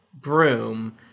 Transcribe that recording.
broom